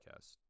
podcast